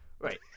Right